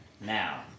Now